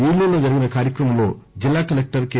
ఏలూరులో జరిగిన కార్యక్రమంలో జిల్లా కలెక్టర్ కె